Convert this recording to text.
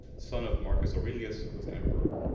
son of marcus aurelius, was emperor.